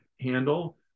handle